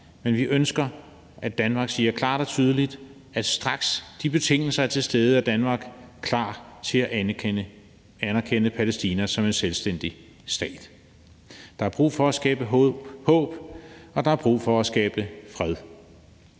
men vi ønsker, at Danmark siger klart og tydeligt, at straks de betingelser er opfyldt, er Danmark klar til at anerkende Palæstina som en selvstændig stat. Der er brug for at skabe håb, og der er brug for at skabe fred.